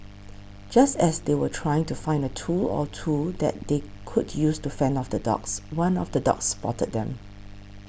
just as they were trying to find a tool or two that they could use to fend off the dogs one of the dogs spotted them